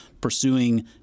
pursuing